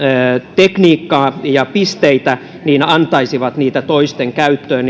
tekniikkaa ja pisteitä antaisivat niitä toisten käyttöön